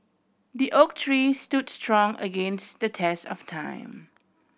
the oak tree stood strong against the test of time